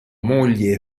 moglie